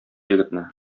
егетне